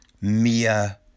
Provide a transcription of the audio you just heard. Mia